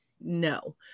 no